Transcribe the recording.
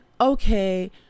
Okay